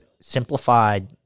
simplified